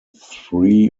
three